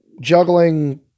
juggling